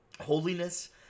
holiness